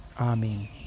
Amen